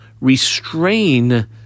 restrain